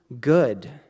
good